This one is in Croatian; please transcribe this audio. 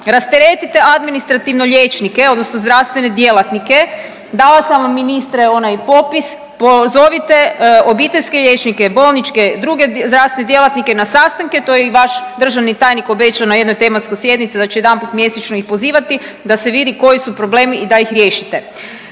Rasteretite administrativno liječnike, odnosno zdravstvene djelatnike. Dala sam vam ministre onaj popis. Pozovite obiteljske liječnike, bolničke, druge zdravstvene djelatnike na sastanke. To je i vaš državni tajnik obećao na jednoj tematskoj sjednici da će jedanput mjesečno ih pozivati, da se vidi koji su problemi i da ih riješite.